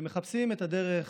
שמחפשים את הדרך